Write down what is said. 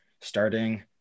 starting